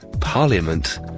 parliament